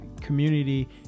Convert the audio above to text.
community